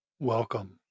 Welcome